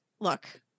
look